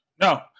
No